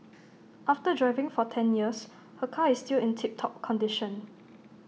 after driving for ten years her car is still in tip top condition